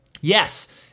yes